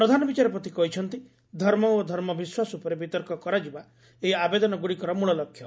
ପ୍ରଧାନବିଚାରପତି କହିଛନ୍ତି ଧର୍ମ ଓ ଧର୍ମବିଶ୍ୱାସ ଉପରେ ବିତର୍କ କରାଯିବା ଏହି ଆବେଦନଗ୍ରଡ଼ିକର ମୂଳଲକ୍ଷ୍ୟ